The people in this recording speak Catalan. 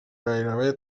gairebé